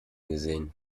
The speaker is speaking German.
gesehen